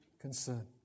concern